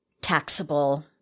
taxable